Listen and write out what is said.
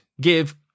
give